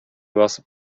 басып